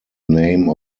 name